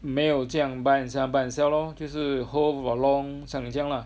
没有这样 buy and sell buy and sell 咯就是 hold for long 这样啦